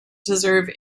deserve